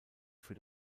für